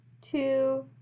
Two